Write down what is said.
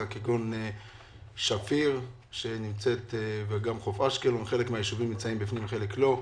כמו שפיר וחוף אשקלון שחלק מהיישובים נמצאים בו וחלק לא.